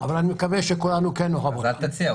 אבל אני מקווה שכולנו כן נאהב אותה -- אז אל תציע,